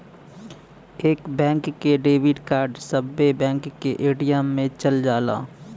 एक बैंक के debit card सब्बे बैंक के ए.टी.एम मे चल जाला